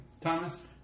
Thomas